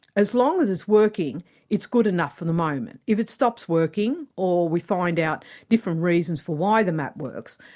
as long as it's working it's good enough for the moment. if it stops working, or we find out different reasons for why the map works,